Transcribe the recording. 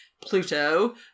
Pluto